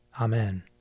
Amen